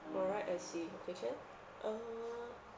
alright I see okay sure uh